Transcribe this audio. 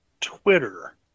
Twitter